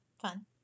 fun